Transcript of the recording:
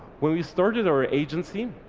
when we started our agency,